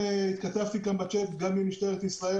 התכתבתי כאן בצ'אט גם עם משטרת ישראל